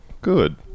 Good